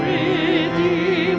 me